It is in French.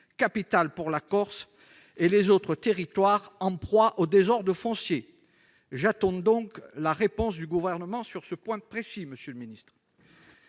capital pour la Corse et les autres territoires en proie au désordre foncier. J'attends donc la réponse du Gouvernement sur ce point précis. Les dispositions de